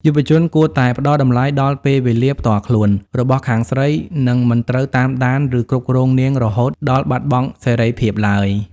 យុវជនគួរតែ "ផ្ដល់តម្លៃដល់ពេលវេលាផ្ទាល់ខ្លួន" របស់ខាងស្រី និងមិនត្រូវតាមដាន ឬគ្រប់គ្រងនាងរហូតដល់បាត់បង់សេរីភាពឡើយ។